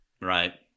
right